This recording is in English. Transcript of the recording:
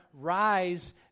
rise